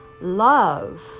love